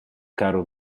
caro